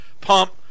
pump